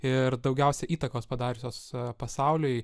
ir daugiausia įtakos padariusios pasauliui